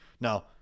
Now